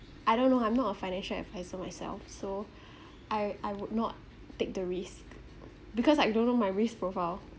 I don't know I'm not a financial adviser myself so I I would not take the risk because I don't know my risk profile